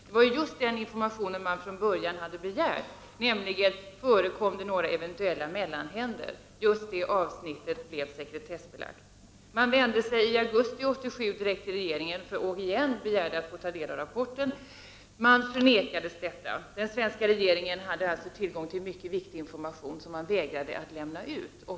Från början hade man begärt information om detta, nämligen om det förekom några mellanhänder. Det avsnittet blev sekretessbelagt. I augusti 1987 vände man sig direkt till regeringen och begärde återigen att få ta del av rapporten. Man förnekades detta. Den svenska regeringen hade tillgång till mycket viktig information som den vägrade att lämna ut.